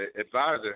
advisor